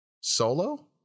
solo